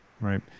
right